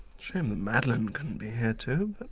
shame that madeleine couldn't be here too, but